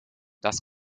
das